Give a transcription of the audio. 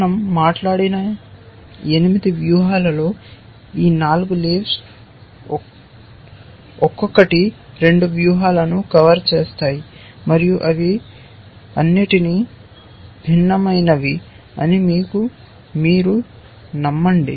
మనం మాట్లాడిన 8 వ్యూహాలలో ఈ 4 లీవ్స్ ఒక్కొక్కటి 2 వ్యూహాలను కవర్ చేస్తాయి మరియు అవి అన్నింటికీ భిన్నమైనవి అని మీకు మీరు నమండి